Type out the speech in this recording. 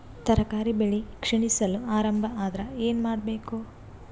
ತರಕಾರಿ ಬೆಳಿ ಕ್ಷೀಣಿಸಲು ಆರಂಭ ಆದ್ರ ಏನ ಮಾಡಬೇಕು?